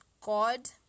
God